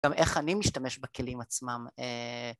‫גם איך אני משתמש בכלים עצמם